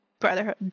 Brotherhood